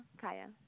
Kaya